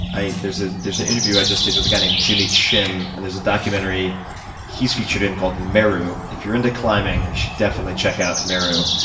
there's ah there's an interview i just did with a guy named jimmy chin. and there's a documentary he's featured in called meru. if you're into climbing, you should definitely check out meru.